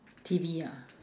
T_V ah